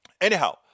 anyhow